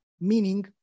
meaning